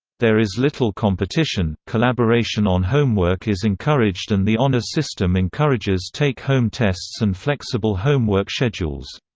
there is little competition collaboration on homework is encouraged and the honor system encourages take-home tests and flexible homework schedules.